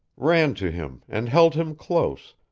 ran to him and held him close,